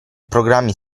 programmi